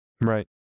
Right